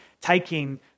taking